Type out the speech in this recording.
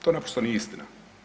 To naprosto nije istina.